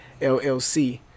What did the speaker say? LLC